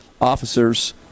officers